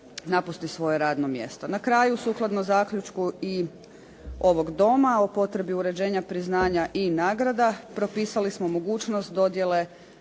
napusti svoje radno mjesto. Na kraju, sukladno zaključku i ovog doma o potrebi uređenja priznanja i nagrada propisali smo mogućnost dodjele